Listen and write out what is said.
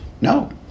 no